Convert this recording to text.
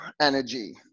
energy